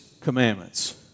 commandments